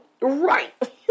Right